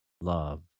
love